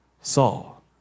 Saul